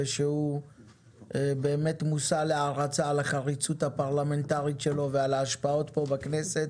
שהוא באמת מושא להערצה על החריצות הפרלמנטרית שלו ועל ההשפעה שלו בכנסת.